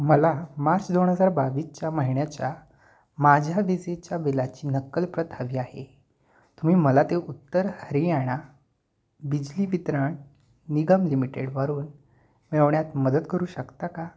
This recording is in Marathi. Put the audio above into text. मला मार्च दोन हजार बावीसच्या महिन्याच्या माझ्या बिजेच्या बिलाची नक्कल प्रत हवी आहे तुम्ही मला ते उत्तर हरियाणा बिजली वितरण निगम लिमिटेडवरून मिळवण्यात मदत करू शकता का